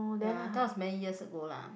ya I thought is many years ago lah